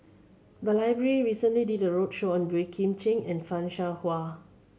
the library recently did a roadshow on Boey Kim Cheng and Fan Shao Hua